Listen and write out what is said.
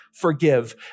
forgive